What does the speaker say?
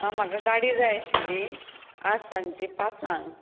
आ म्हाका गाडी जाय आशिल्ली आज सांचे पाचांक